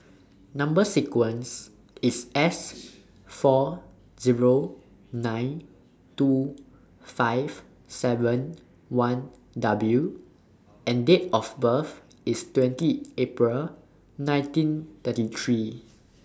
Number sequence IS S four Zero nine two five seven one W and Date of birth IS twenty April nineteen thirty three